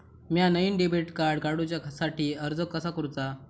म्या नईन debit card काडुच्या साठी अर्ज कसा करूचा?